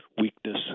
weakness